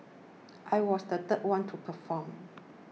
I was the third one to perform